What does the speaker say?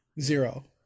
Zero